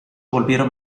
volvieron